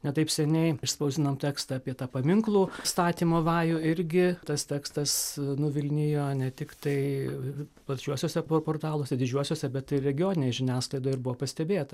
ne taip seniai išspausdinom tekstą apie tą paminklų statymo vajų irgi tas tekstas nuvilnijo ne tik tai plačiuosiuose po portaluose didžiuosiuose bet ir regioninėj žiniasklaidoj ir buvo pastebėta